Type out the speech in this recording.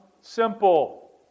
simple